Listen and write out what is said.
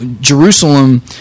Jerusalem